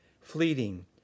fleeting